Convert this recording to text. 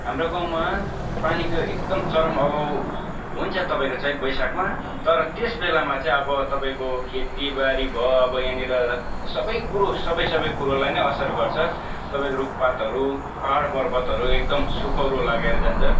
हाम्रो गाउँमा पानीको एकदम चरम अभाव हुन्छ तपाईँको चैत वैशाखमा तर त्यस बेलामा चाहिँ अब तपाईँको खेतीबारी भयो अब यहाँनिर सबै कुरो सबै सबै कुरोलाई नै असर गर्छ तपाईँको रुख पातहरू पहाड पर्वतहरू एकदम सुखौरो लागेर जान्छ